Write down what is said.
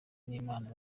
n’imana